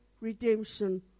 redemption